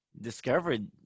discovered